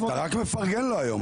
אתה רק מפרגן לו היום,